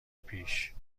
پیش